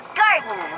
garden